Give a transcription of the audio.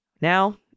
Now